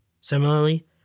Similarly